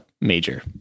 major